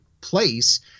place